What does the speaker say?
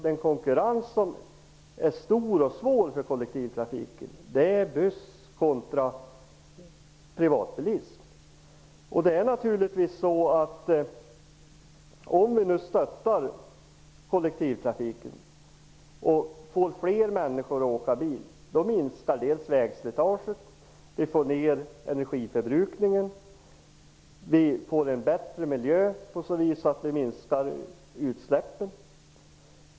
Den stora och svåra konkurrensen för kollektivtrafiken är buss kontra privatbilism. Om vi nu stöttar kollektivtrafiken och får fler människor att åka buss minskar vägslitaget, vi får ner energiförbrukningen och vi får en bättre miljö genom att vi minskar utsläppen.